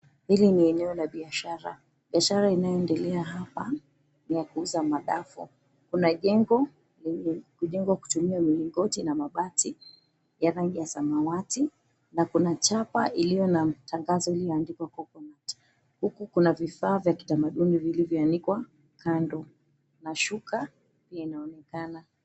Hili ni eneo la biashara. Biashara inayoendelea hapa ni ya kuuza madafu. Kuna jengo limejengwa kutumia mlingoti na mabati ya rangi nya samawati na kuna chapa iliyo na matangazo iliyoandikwa, COCONUT, huku kuna vifaa vya kitamaduni vilivyoanikwa kando na shuka inaonekana.